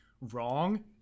wrong